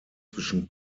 zwischen